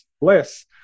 less